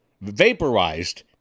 vaporized